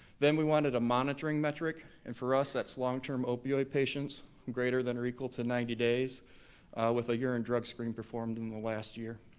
then we wanted a monitoring metric, and for us that's long-term opioid patients greater than or equal to ninety days with a urine drug screen performed in the last year.